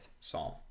Psalm